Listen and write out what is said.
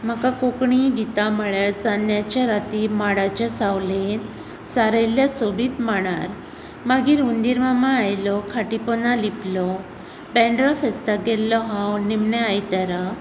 म्हाका कोंकणीं गितां म्हणल्यार चान्न्याचें रातीं माडाच्या सावळेंत सारयिल्ल्या सोबीत मांडार मागीर हुंदीर मामा आयलो खाटी पोंदा लिपलो बेंड्रा फेस्ताक गेल्लो हांव निमण्या आयतारा